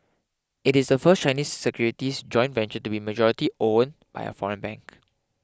it is the first Chinese securities joint venture to be majority owned by a foreign bank